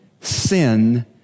sin